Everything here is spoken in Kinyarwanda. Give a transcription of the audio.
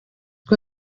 uko